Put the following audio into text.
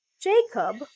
Jacob